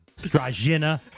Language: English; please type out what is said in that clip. Strajina